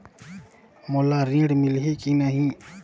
मोला ऋण मिलही की नहीं?